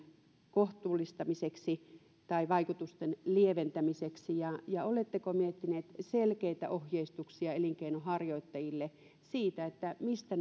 kohtuullistamiseksi tai vaikutusten lieventämiseksi ja ja oletteko miettineet selkeitä ohjeistuksia elinkeinonharjoittajille siitä mistä